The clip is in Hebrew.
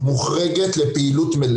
ומתוך תפיסה מאוד דינמית וגמישה,